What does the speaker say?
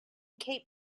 cape